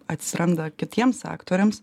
atsiranda kitiems aktoriams